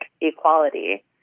equality